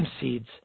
seeds